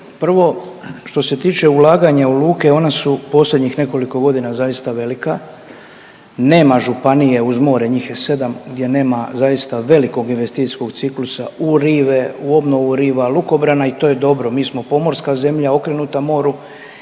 prvo što se tiče ulaganja u luke, one su u posljednjih nekoliko godina zaista velika, nema županije uz more, njih je 7 gdje nema zaista velikog investicijskog ciklusa u rive, u obnovu riva, lukobrana i to je dobro, mi smo pomorska zemlja, okrenuta moru